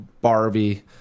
Barbie